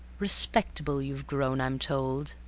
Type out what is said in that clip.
respectable you've grown, i'm told